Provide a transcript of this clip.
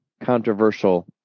controversial